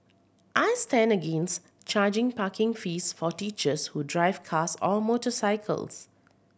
I stand against charging parking fees for teachers who drive cars or motorcycles